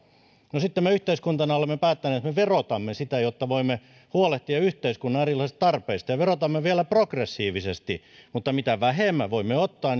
no sitten me yhteiskuntana olemme päättäneet että me verotamme sitä jotta voimme huolehtia yhteiskunnan erilaisista tarpeista ja verotamme vielä progressiivisesti mutta mitä vähemmän voimme ottaa